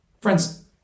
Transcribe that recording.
Friends